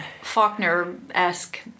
Faulkner-esque